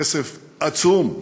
כסף עצום.